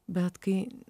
bet kai